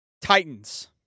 Titans